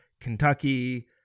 kentucky